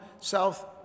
south